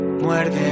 muerde